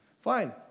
Fine